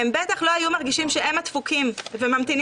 הם בטח לא היו מרגישים שהם הדפוקים וממתינים